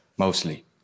Mostly